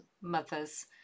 mothers